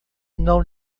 não